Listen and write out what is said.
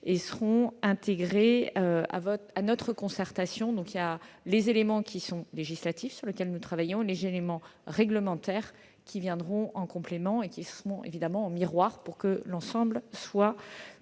seront intégrées à notre concertation. Il y a les éléments qui sont législatifs, sur lesquels nous travaillons, et les éléments réglementaires, qui viendront en complément, évidemment en miroir, pour que l'ensemble soit